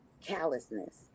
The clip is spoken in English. callousness